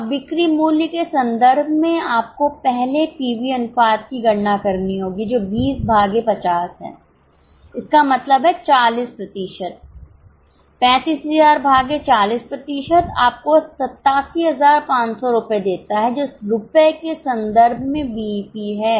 अब बिक्री मूल्य के संदर्भ में आपको पहले पीवी अनुपात की गणना करनी होगी जो 20 भागे 50 है इसका मतलब है 40 प्रतिशत 35000 भागे 40 आपको 87500 रुपये देता है जो रुपये के संदर्भ में बीईपी है